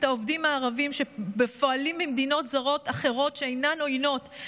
העובדים הערבים בפועלים ממדינות זרות אחרות שאינן עוינות,